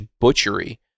butchery